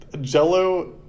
Jell-O